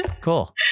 Cool